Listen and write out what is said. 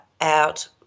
out